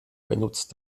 benutzt